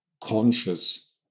conscious